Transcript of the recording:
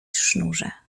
sznurze